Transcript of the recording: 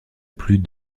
plus